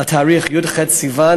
התאריך: י"ח סיוון,